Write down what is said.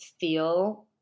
feel